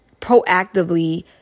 proactively